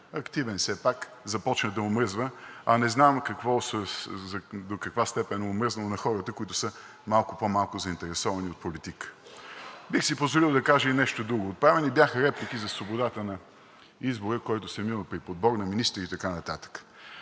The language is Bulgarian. гражданин все пак, започва да ми омръзва, а не знам до каква степен е омръзнало на хората, които са малко по-малко заинтересовани от политика. Бих си позволил да кажа и нещо друго: отправени бяха реплики за свободата на избора, който съм имал при подбора на министри и така нататък.